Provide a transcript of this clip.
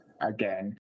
again